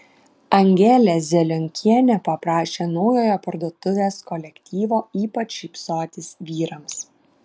angelė zelionkienė paprašė naujojo parduotuvės kolektyvo ypač šypsotis vyrams